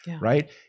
right